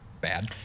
bad